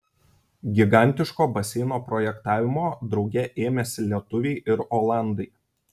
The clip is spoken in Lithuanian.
gigantiško baseino projektavimo drauge ėmėsi lietuviai ir olandai